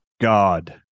God